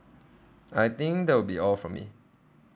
I think that will be all for me